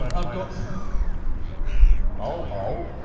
um i've got something to share as well. oh, oh?